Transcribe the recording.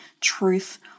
truth